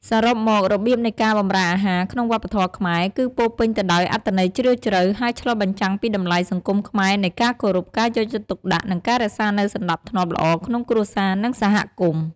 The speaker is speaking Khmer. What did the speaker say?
សរុបមក របៀបនៃការបម្រើអាហារក្នុងវប្បធម៌ខ្មែរគឺពោរពេញទៅដោយអត្ថន័យជ្រាលជ្រៅ ហើយឆ្លុះបញ្ចាំងពីតម្លៃសង្គមខ្មែរនៃការគោរព ការយកចិត្តទុកដាក់ និងការរក្សានូវសណ្តាប់ធ្នាប់ល្អក្នុងគ្រួសារ និងសហគមន៍។